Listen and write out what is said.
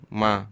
ma